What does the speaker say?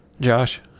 Josh